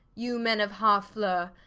you men of harflew,